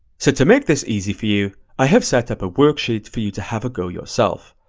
so to make this easy for you, i have set up a worksheet for you to have a go yourself.